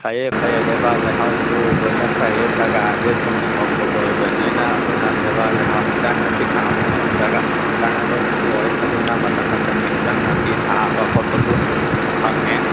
ꯐꯩꯌꯦ ꯐꯩꯌꯦ ꯂꯩꯕꯥꯛ ꯂꯩꯍꯥꯎꯁꯨ ꯂꯣꯏꯅ ꯐꯩꯌꯦ ꯖꯒꯥꯁꯦ ꯊꯨꯝ ꯁꯨꯡꯐꯝꯒ ꯑꯣꯏꯕꯅꯤꯅ ꯑꯗꯨꯅ ꯂꯩꯕꯥꯛ ꯂꯩꯍꯥꯎ ꯑꯦꯟꯖꯥꯡ ꯅꯥꯄꯤ ꯊꯥꯕꯗ ꯑꯗꯨꯝ ꯖꯒꯥ ꯆꯥꯅꯕꯁꯨ ꯑꯣꯏ ꯑꯗꯨꯅ ꯃꯇꯝ ꯃꯇꯝꯒꯤ ꯑꯦꯟꯖꯥꯡ ꯅꯥꯄꯤ ꯊꯥꯕ ꯈꯣꯠꯄꯁꯨ ꯑꯗꯨꯝ ꯐꯪꯉꯦ